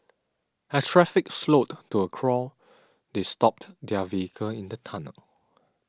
as traffic slowed to a crawl they stopped their vehicle in the tunnel